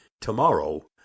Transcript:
Tomorrow